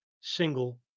single